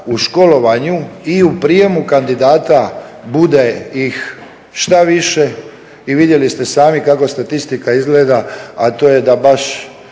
u školovanju i u prijemu kandidata bude ih što više i vidjeli ste sami kako statistika izgleda, a to je da baš